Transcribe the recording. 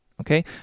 Okay